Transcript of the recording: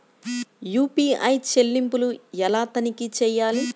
UPI చెల్లింపులు ఎలా తనిఖీ చేయాలి?